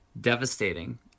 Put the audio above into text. devastating